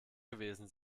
gewesen